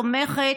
תומכת,